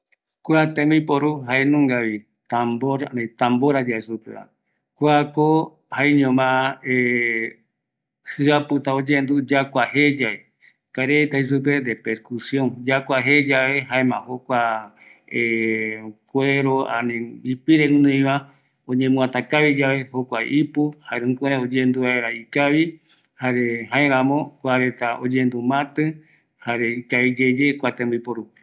Kua tembiporu ikavi, tambora jei supeva, kua ipu vaera öimeta guinoi ipire, oñemuata kavita, kuare yakuata, jkurai noyendu vaera, kua oyeporu oipota rupi